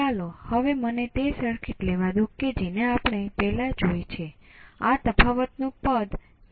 ચાલો હવે મને થોડી સર્કિટ ને નિષ્ક્રિય કરીશું